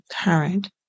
current